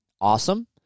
awesome